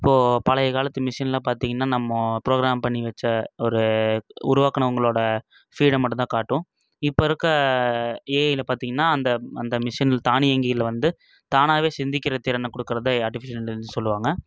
இப்போது பழைய காலத்து மிஷினில் பார்த்திங்கன்னா நம்ம ப்ரோக்ராம் பண்ணி வச்ச ஒரு உருவாக்குனவங்களோட ஃபீலை மட்டுந்தான் காட்டும் இப்போ இருக்கற ஏஐயில் பார்த்திங்கன்னா அந்த அந்த மிஷின் தானே இயங்கில் வந்து தானா சிந்திக்கிற திறனை கொடுக்கறது ஆர்டிஃபிஷியல் இன்டெலிஜென்ஸ்ஸுனு சொல்லுவாங்க